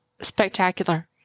spectacular